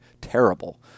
terrible